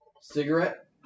Cigarette